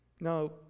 Now